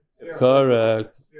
Correct